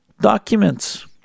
documents